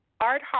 Art